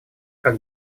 как